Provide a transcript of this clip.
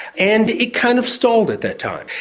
and it kind of stalled at that time.